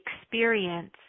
experience